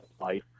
Life